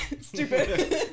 Stupid